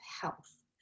health